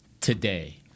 today